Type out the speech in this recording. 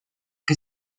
che